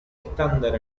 estándar